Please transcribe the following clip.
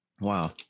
Wow